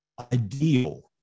ideal